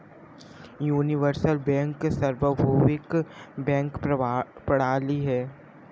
universal bank सार्वभौमिक bank प्रणाली है